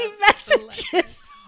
Messages